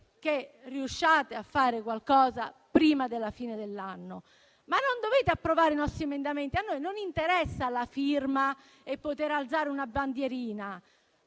che riusciate a fare qualcosa prima della fine dell'anno, ma non dovete approvare i nostri emendamenti, perché a noi non interessa la firma, né poter alzare una bandierina.